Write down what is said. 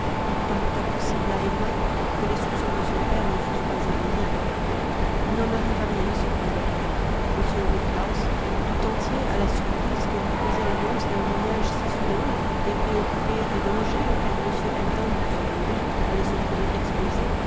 il parut impossible à emma que les soupçons de son père ne fussent pas éveillés il n'en arriva rien cependant m woodhouse tout entier à la surprise que lui causait l'annonce d'un voyage si soudain et préoccupé des dangers auxquels m elton selon lui allait se trouver exposé